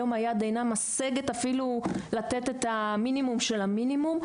היום היד אינה משגת אפילו לתת את המינימום של המינימום.